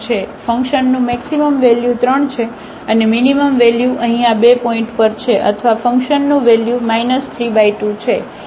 તેથી ફંકશનનું maximum value 3 છે અને મીનીમમ વેલ્યુ અહીં આ બે પોઇન્ટ પર છે અથવા ફંકશનનું વેલ્યુ 32 છે